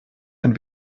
ein